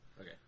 Okay